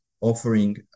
offering